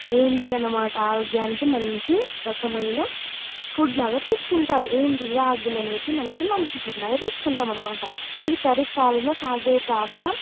ఏది అన్నమాట ఆరోగ్యానికి మంచి రకమైన ఫుడ్ లాగా తీసుకుంటారు ఏది రాగులు అనేవి మనకి మంచి ఫుడ్ లాగా తీసుకుంటాం అనమాట ఇవి ఖరీఫ్ కాలంలో సాగు ప్రధాన